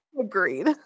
agreed